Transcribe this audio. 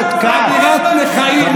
אווירת נכאים,